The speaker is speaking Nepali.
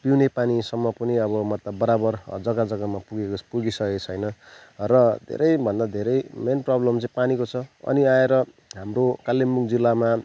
पिउने पानीसम्म पनि अब मतलब बराबर जग्गा जग्गामा पुगेको पुगिसकेको छैन र धेरैभन्दा धेरै मेन प्रब्लम चाहिँ पानीको छ अनि आएर हाम्रो कालिम्पोङ जिल्लामा